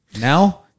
now